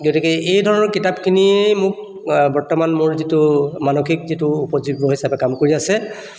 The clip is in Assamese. গতিকে এই ধৰণৰ কিতাপখিনিয়ে মোক বৰ্তমান মোৰ যিটো মানসিক যিটো উপজীৱ্য হিচাপে কাম কৰি আছে